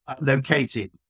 located